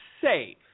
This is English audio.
safe